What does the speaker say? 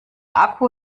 akku